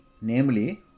namely